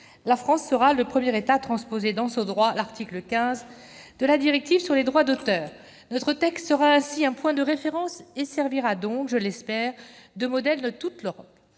la France sera le premier État à transposer dans son droit l'article 15 de la directive sur le droit d'auteur. Notre texte sera ainsi un point de référence et servira donc, je l'espère, de modèle dans toute l'Europe.